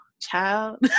child